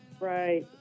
Right